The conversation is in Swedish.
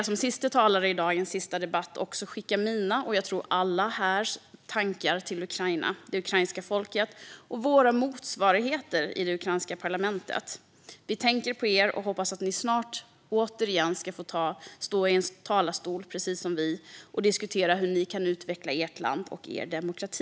Som sista talare i dagens sista debatt vill också jag skicka mina tankar, och jag tror allas våra tankar, till Ukraina, det ukrainska folket och våra motsvarigheter i det ukrainska parlamentet. Vi tänker på er och hoppas att ni snart återigen ska få stå i en talarstol, precis som vi, och diskutera hur ni kan utveckla ert land och er demokrati.